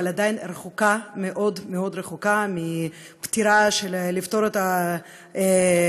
אבל עדיין רחוקה מאוד מלפתור את הנושא